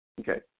Okay